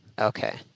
Okay